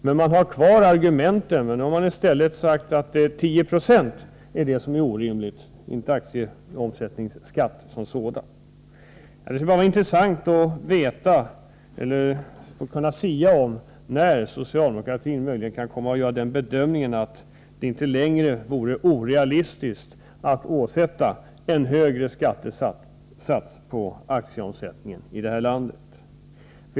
Men nu säger man i stället att det är 10 90 skatt som är orealistisk, inte aktieomsättningsskatten som sådan. Det vore intressant att få veta när socialdemokratin möjligen kan göra den bedömningen att det inte längre är orealistiskt att åsätta en högre skattesats på aktieomsättningen i det här landet.